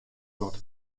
wat